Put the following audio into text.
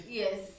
yes